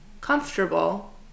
comfortable